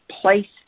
placed